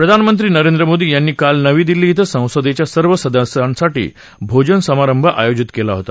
प्रधानमंत्री नरेंद्र मोदी यांनी काल नवी दिल्ली इथं संसदेच्या सर्व सदस्यांसाठी भोजनसमारंभ आयोजित केला होता